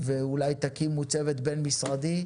ואולי תקימו צוות בין משרדי,